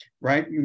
right